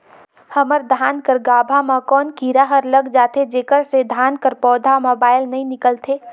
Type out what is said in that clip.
हमर धान कर गाभा म कौन कीरा हर लग जाथे जेकर से धान कर पौधा म बाएल नइ निकलथे?